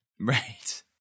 Right